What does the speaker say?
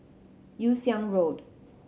Yew Siang Road